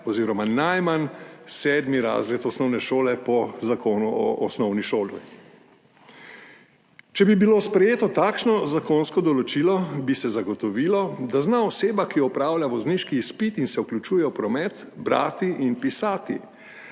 oziroma najmanj sedmi razred osnovne šole po Zakonu o osnovni šoli. Če bi bilo sprejeto takšno zakonsko določilo, bi se zagotovilo, da zna oseba, ki opravlja vozniški izpit in se vključuje v promet, brati in pisati,